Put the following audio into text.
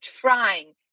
trying